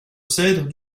cèdre